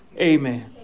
Amen